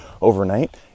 overnight